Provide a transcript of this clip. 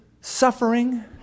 Suffering